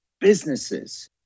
businesses